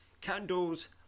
Candles